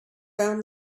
found